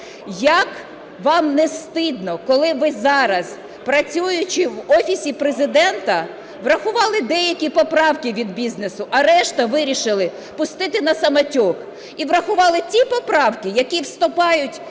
Як вам не стидно, коли ви зараз, працюючи в Офісі Президента, врахували деякі поправки від бізнесу, а решту вирішили пустити на самотек. І врахували ті поправки, які вступають щодо